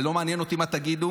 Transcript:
ולא מעניין אותי מה תגידו,